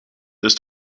ist